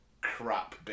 crap